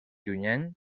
junyent